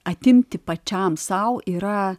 atimti pačiam sau yra